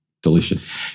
Delicious